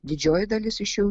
didžioji dalis iš jų